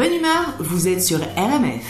Bonne humeur, vous êtes sur RMF.